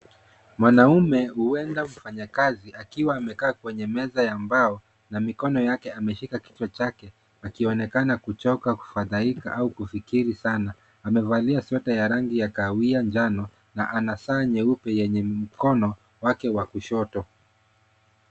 Mwanaume huenda mfanyikazi, akiwa amekaa kwenye meza ya mbao na mikono yake ameshika kichwa chake akionekana kuchoka, kufadhaika au kufikiri sana amevalia sweta ya rangi ya kahawia njano na ana saa nyeupe yenye mkono wake wa kushoto.